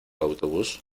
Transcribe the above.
autobús